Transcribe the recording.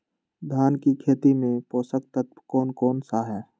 धान की खेती में पोषक तत्व कौन कौन सा है?